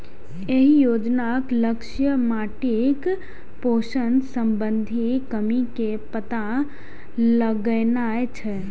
एहि योजनाक लक्ष्य माटिक पोषण संबंधी कमी के पता लगेनाय छै